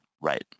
Right